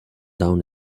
down